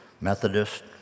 Methodist